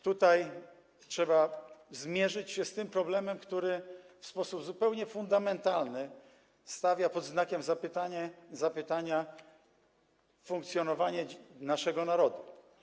Trzeba zmierzyć się z tym problemem, który w sposób zupełnie fundamentalny stawia pod znakiem zapytania funkcjonowanie naszego narodu.